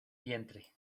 vientre